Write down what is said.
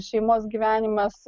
šeimos gyvenimas